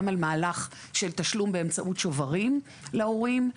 על מהלך של תשלום באמצעות שוברים להורים.